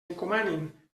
encomanin